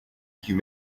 you